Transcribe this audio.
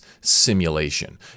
simulation